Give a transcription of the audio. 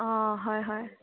অঁ হয় হয়